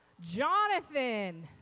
Jonathan